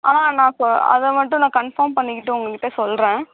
ஆ நான் சொ அதை மட்டும் நான் கன்ஃபார்ம் பண்ணிக்கிட்டு உங்கள்கிட்ட சொல்லுறேன்